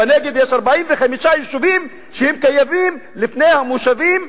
בנגב יש 45 יישובים שהיו קיימים לפני המושבים,